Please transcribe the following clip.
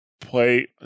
play